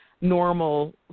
normal